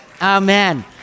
Amen